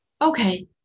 Okay